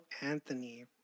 Anthony